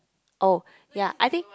oh ya I think